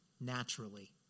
naturally